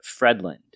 Fredland